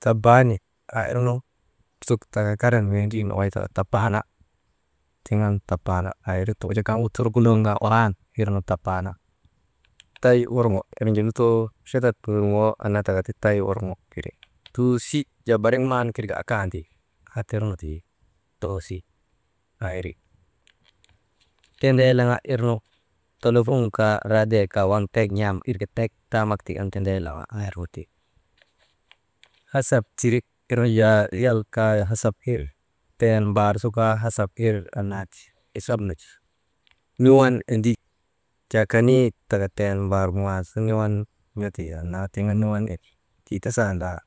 Tabaani aa irnu suk taka karan wendri nokoy taka tabaana tiŋ an tabaana aa irik ti wujaa kaŋgu turbunon kaa fan ir nu tabaana, tay worŋo irnu jaa kaŋgu lutoo chatat nurŋoo annaa taka ti tay wurŋo iri. Tuusi jaa barik man kirka akandi aa tirnu ti toosi, aa iri, tendeeleŋa irnu telefun kaa raadiyek kaa waŋ tek n̰am irka tek taamak tik an tendeeleŋa irgu ti, hasap tiri irnu jaa riyal kaa hasap ir ten, mbaar su kaa hasap ir, annaa ti hisap nu ti, niwan endi jaa kanii tika ten, mbaar kuŋaal su niwan n̰otee annaa tiŋ an niwan endi tii tasandaa,